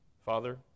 Father